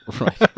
Right